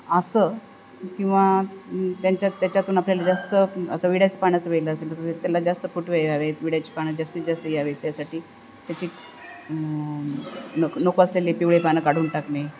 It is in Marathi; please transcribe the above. असं किंवा त्यांच्यात त्याच्यातून आपल्याला जास्त आता विड्याच्या पानाचं वेल असेल तर त्याला जास्त फुटवे यावेत विड्याची पानं जास्तीत जास्त यावेत त्यासाठी त्याची नक नको असलेली पिवळे पानं काढून टाकणे